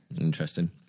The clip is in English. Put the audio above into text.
interesting